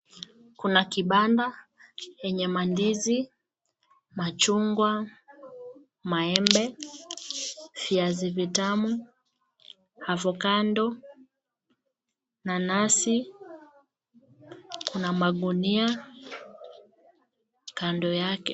Kuna kibanda enye mandizi , machungwa , maembe, viazi vitamu, avocado ,nanasi, kuna magunia kando yake .